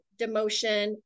demotion